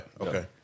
Okay